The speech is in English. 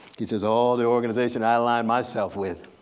he say's all the organizations i align myself with,